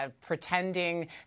pretending